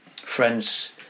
Friends